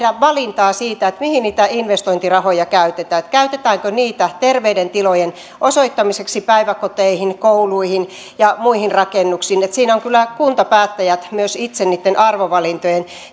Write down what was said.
valintaa siitä mihin niitä investointirahoja käytetään käytetäänkö niitä terveiden tilojen osoittamiseksi päiväkoteihin kouluihin ja muihin rakennuksiin siinä ovat kyllä myös kuntapäättäjät itse niitä arvovalintoja